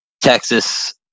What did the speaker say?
Texas